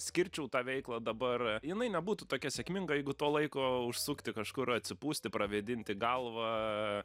skirčiau tą veiklą dabar jinai nebūtų tokia sėkminga jeigu to laiko užsukti kažkur atsipūsti pravėdinti galvą